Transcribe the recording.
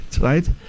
Right